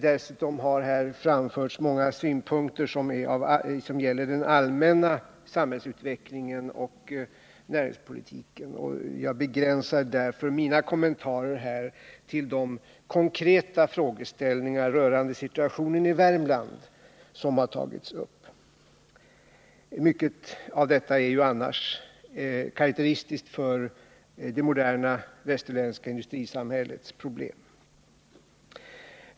Dessutom har det här också framförts många synpunkter som gäller den allmänna samhällsutvecklingen och näringspolitiken. Därför begränsar jag mina kommentarer till de konkreta frågeställningar rörande situationen i Värmland som har tagits upp. Mycket av detta är annars karaktäristiskt för det moderna västerländska industrisamhällets problem.